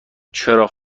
چراغ